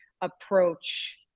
approach